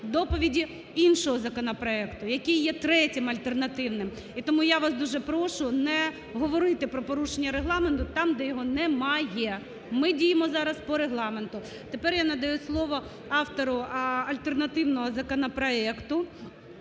доповіді іншого законопроекту, який є третім альтернативним. І тому я вас дуже прошу не говорити про порушення Регламенту там, де його немає. Ми діємо зараз по Регламенту. Тепер я надаю слово автору альтернативного законопроекту